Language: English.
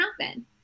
happen